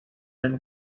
and